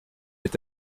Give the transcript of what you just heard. est